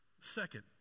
Second